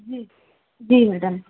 जी जी मैडम